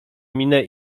minę